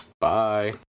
Bye